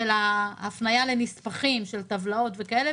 של ההפניה לנספחים, טבלאות וכולי.